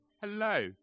Hello